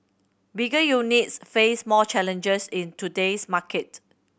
bigger units face more challenges in today's market